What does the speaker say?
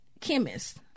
chemist